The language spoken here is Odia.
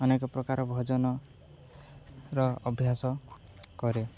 ଅନେକ ପ୍ରକାର ଭଜନର ଅଭ୍ୟାସ କରେ